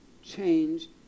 change